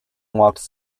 walked